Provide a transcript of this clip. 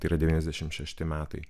tai yra devyniasdešimt šešti metai